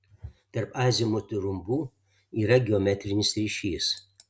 tarp azimutų ir rumbų yra geometrinis ryšys